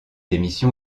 émission